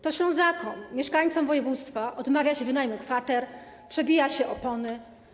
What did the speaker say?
To Ślązakom, mieszkańcom województwa, odmawia się wynajmu kwater, przebija się opony.